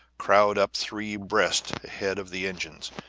crowd up three abreast ahead of the engine.